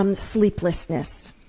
um sleeplessness,